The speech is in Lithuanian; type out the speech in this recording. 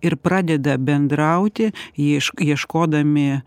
ir pradeda bendrauti iešk ieškodami